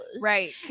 Right